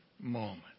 moment